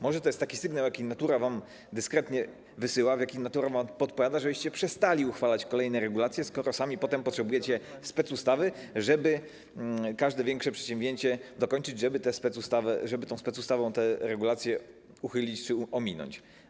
Może to jest sygnał, jaki natura dyskretnie wam wysyła, jakim natura wam podpowiada, żebyście przestali uchwalać kolejne regulacje, skoro sami potem potrzebujecie specustawy, żeby każde większe przedsięwzięcie dokończyć, żeby tą specustawą te regulacje uchylić czy ominąć.